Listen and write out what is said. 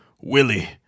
Willie